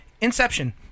Inception